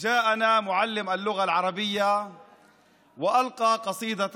הגיע אלינו מורה לשפה הערבית ודקלם שירה